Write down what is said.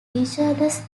featureless